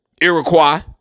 Iroquois